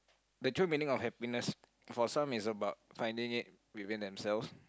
the true meaning of happiness for some is about finding it within themselves